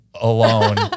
alone